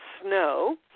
snow